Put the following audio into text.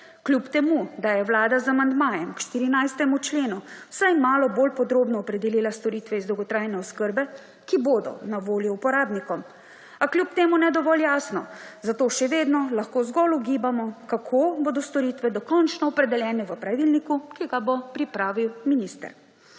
Kljub temu, da je vlada z amandmajem k 14. členu vsaj malo bolj podrobno opredelila storitve iz dolgotrajne oskrbe, ki bodo na voljo uporabnikom, a kljub temu ne dovolj jasno, zato še vedno lahko zgolj ugibamo, kako bodo storitve dokončno opredeljene v pravilniku, ki ga bo pripravil minister.